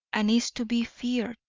and is to be feared,